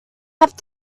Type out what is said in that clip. have